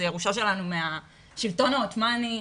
זה ירושה שלנו מהשלטון העות'מני,